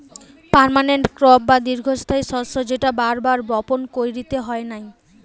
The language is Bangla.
পার্মানেন্ট ক্রপ বা দীর্ঘস্থায়ী শস্য যেটা বার বার বপণ কইরতে হয় নাই